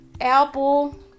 Apple